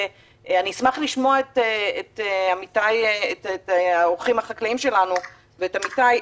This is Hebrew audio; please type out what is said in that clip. אשמח לשמוע את האורחים החקלאים שלנו ואת דובי אמיתי,